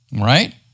right